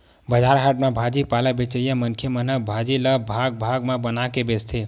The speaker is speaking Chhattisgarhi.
बजार हाट म भाजी पाला बेचइया मनखे मन ह भाजी ल भाग म बना बना के बेचथे